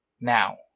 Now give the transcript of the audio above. Now